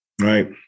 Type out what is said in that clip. Right